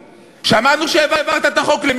יכולנו להעביר את החוק הזה,